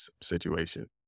situation